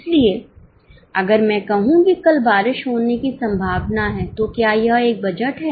इसलिए अगर मैं कहूं कि कल बारिश होने की संभावना है तो क्या यह एक बजट है